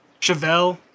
chevelle